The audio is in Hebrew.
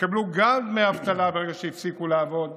יקבלו גם דמי אבטלה ברגע שהפסיקו לעבוד.